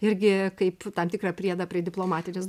irgi kaip tam tikrą priedą prie diplomatinės